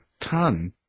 ton